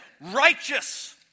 righteous